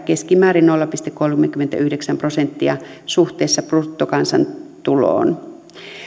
keskimäärin nolla pilkku kolmekymmentäyhdeksän prosenttia suhteessa bruttokansantuloon